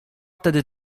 wtedy